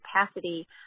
capacity